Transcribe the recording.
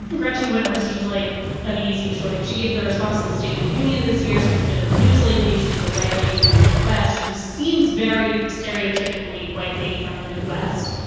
but gretchen whitmer seems like an easy choice. she gave the response to the state of the union this year. she's been in the news lately. she's a white lady from the midwest who seems very stereotypically white lady from the midwest.